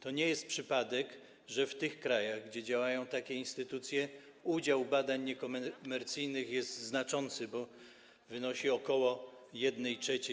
To nie jest przypadek, że w tych krajach, gdzie działają takie instytucje, udział badań niekomercyjnych jest znaczący, bo stanowi ok. 1/3.